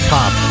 Pop